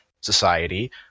society